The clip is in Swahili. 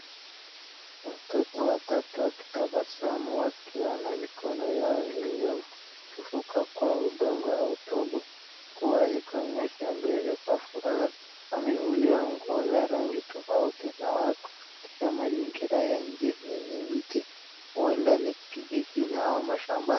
Watoto watatu wakitabasamu wakiwa na mikono yao iliyochafuka kwa udongo kwa kuonyesha mbele kwa furaha .Wamevalia nguo za rangi tofauti na wako katika mazingira ya nje yenye miti huenda ni kijijini au mashambani.